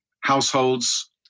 households